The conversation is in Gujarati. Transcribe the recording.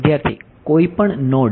વિદ્યાર્થી કોઈપણ નોડ